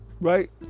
right